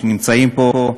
נמצאים פה,